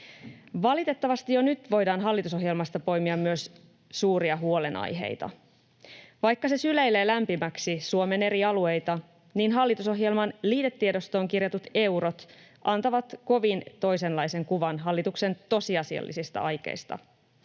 Valitettavasti jo nyt voidaan hallitusohjelmasta poimia myös suuria huolenaiheita. Vaikka se syleilee lämpimäksi Suomen eri alueita, niin hallitusohjelman liitetiedostoon kirjatut eurot antavat kovin toisenlaisen kuvan hallituksen tosiasiallisista aikeista.